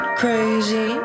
crazy